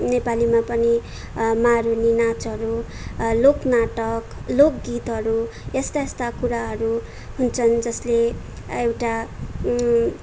नेपालीमा पनि मारुनी नाचहरू लोकनाटक लोकगीतहरू यस्ता यस्ता कुराहरू हुन्छन् जसले एउटा